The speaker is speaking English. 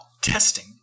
testing